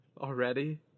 already